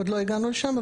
עוד לא הגענו לשם.